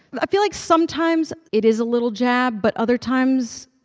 i feel like sometimes it is a little jab, but other times,